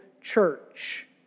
church